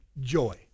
joy